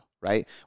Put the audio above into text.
right